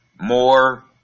More